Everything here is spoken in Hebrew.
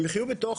הם יחיו בתוך